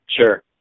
Sure